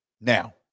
Now